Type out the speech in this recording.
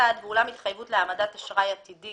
בצד - "ואולם התחייבות להעמדת אשראי עתידי